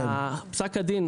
פסק הדין,